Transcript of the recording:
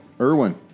Irwin